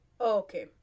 Okay